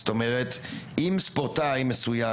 זאת אומרת אם ספורטאי מסוים,